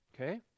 okay